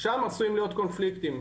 שם עשויים להיות קונפליקטים,